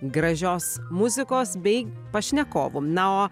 gražios muzikos bei pašnekovų na o